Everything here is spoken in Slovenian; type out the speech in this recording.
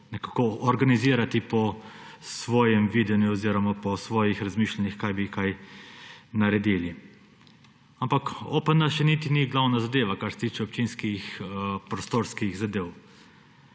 nekako organizirati po svojem videnju oziroma po svojih razmišljanjih, kaj bi kaj naredili. Ampak OPN še niti ni glavna zadeva, kar se tiče občinskih prostorskih zadev.